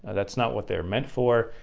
that's not what they're meant for,